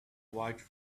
white